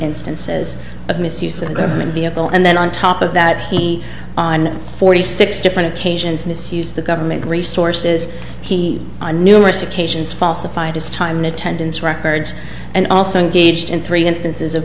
instances of misuse of government vehicle and then on top of that he on forty six different occasions misused the government resources he on numerous occasions falsified his time in attendance records and also engaged in three instances of